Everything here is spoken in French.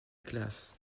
classe